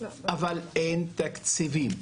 אבל אין תקציבים.